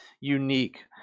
unique